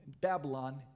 Babylon